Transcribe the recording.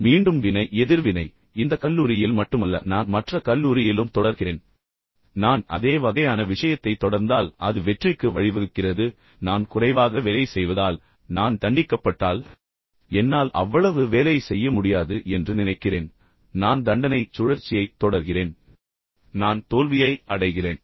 இப்போது மீண்டும் வினை எதிர்வினை நான் தொடர்கிறேன் எனவே இந்த கல்லூரியில் மட்டுமல்ல நான் மற்ற கல்லூரியிலும் தொடர்கிறேன் இப்போது நான் அதே வகையான விஷயத்தைத் தொடர்ந்தால் அது வெற்றிக்கு வழிவகுக்கிறது ஆனால் நான் குறைவாக வேலை செய்வதால் நான் தண்டிக்கப்பட்டால் எனவே என்னால் அவ்வளவு வேலை செய்ய முடியாது என்று நினைக்கிறேன் நான் தண்டனைச் சுழற்சியைத் தொடர்கிறேன் பின்னர் நான் தோல்வியை அடைகிறேன்